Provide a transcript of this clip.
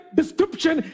description